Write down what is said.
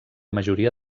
majoria